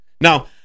Now